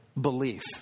belief